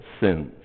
sins